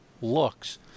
looks